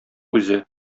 үзе